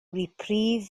reprieve